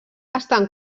estan